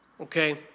Okay